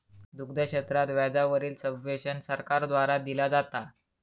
दुग्ध क्षेत्रात व्याजा वरील सब्वेंशन सरकार द्वारा दिला जाता